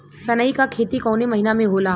सनई का खेती कवने महीना में होला?